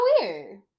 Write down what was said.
weird